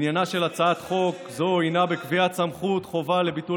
עניינה של הצעת חוק זו הינו קביעת סמכות חובה לביטול